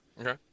okay